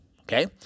Okay